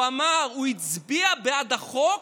הוא הצביע בעד החוק